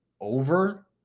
over